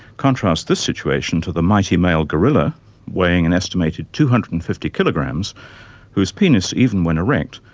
contrast this situation to the mighty male gorilla weighing an estimated two hundred and fifty kilograms whose penis, even when erect,